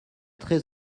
très